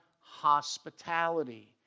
hospitality